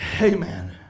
Amen